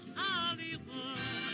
Hollywood